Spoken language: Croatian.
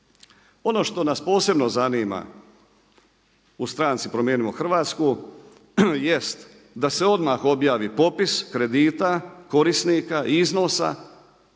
Ono što nas posebno zanima u stranci Promijenimo Hrvatsku jest da se odmah objavi popis kredita, korisnika i iznosa